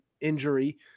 injury